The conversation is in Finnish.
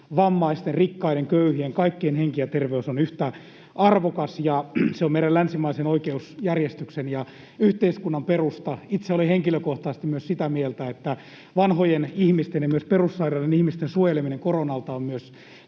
vammaisten, rikkaiden kuin köyhien, kaikkien — henki ja terveys on yhtä arvokas, ja se on meidän länsimaisen oikeusjärjestyksen ja yhteiskunnan perusta. Itse olen henkilökohtaisesti myös sitä mieltä, että vanhojen ihmisten ja perussairaiden ihmisten suojeleminen koronalta on myös